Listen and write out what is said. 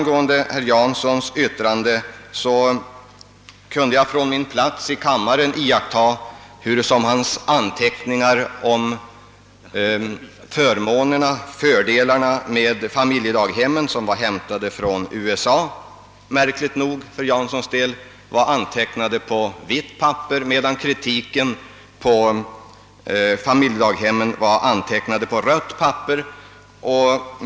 Vad beträffar herr Janssons yttrande kunde jag från min plats i kammaren iaktta hurusom hans anteckningar om fördelarna med barndaghemmen som var hämtade från USA — märkligt nog för herr Janssons del — var antecknade på vitt papper, medan kritiken mot familjedaghemmen var antecknade på rött papper.